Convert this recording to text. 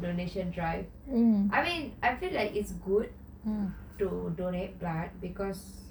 indonesian drive I mean I feel like it's good to donate blood because